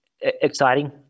exciting